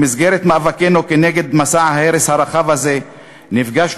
במסגרת מאבקנו נגד מסע ההרס הרחב הזה נפגשנו